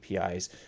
APIs